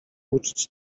uczyć